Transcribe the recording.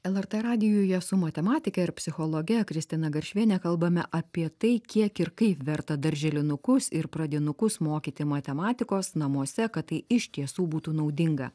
lrt radijuje su matematikė ir psichologe kristina garšviene kalbame apie tai kiek ir kaip verta darželinukus ir pradinukus mokyti matematikos namuose kad tai iš tiesų būtų naudinga